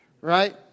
right